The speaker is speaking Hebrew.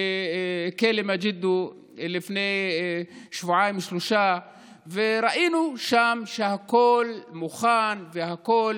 בכלא מגידו לפני שבועיים-שלושה וראינו שהכול מוכן והכול